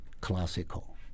classical